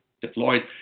deployed